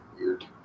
weird